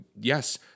yes